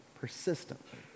persistently